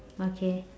okay